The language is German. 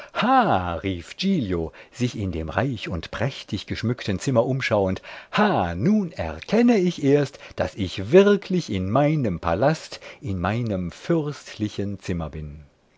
sich in dem reich und prächtig geschmückten zimmer umschauend ha nun erkenne ich erst daß ich wirklich in meinem palast in meinem fürstlichen zimmer bin